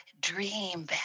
dream